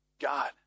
God